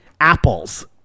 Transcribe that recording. Apples